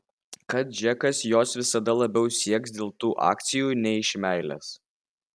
kad džekas jos visada labiau sieks dėl tų akcijų nei iš meilės